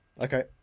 Okay